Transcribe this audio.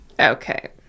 Okay